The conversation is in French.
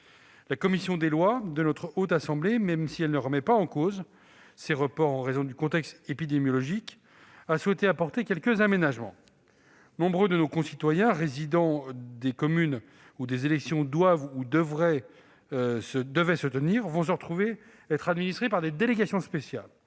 La commission des lois de notre Haute Assemblée, même si elle ne remet pas en cause ces reports en raison du contexte épidémiologique, a souhaité apporter quelques aménagements. Nombre de nos concitoyens résidant dans des communes où des élections doivent ou devaient se tenir se retrouveront administrés par des délégations spéciales,